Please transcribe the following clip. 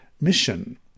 mission